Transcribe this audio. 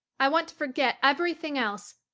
i want to forget everything else,